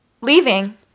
leaving